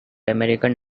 american